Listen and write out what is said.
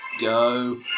go